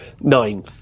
Nine